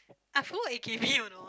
I forgot you know